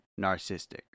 narcissistic